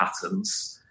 patterns